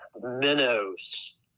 Minnows